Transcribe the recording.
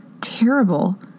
terrible